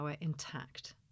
intact